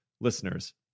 listeners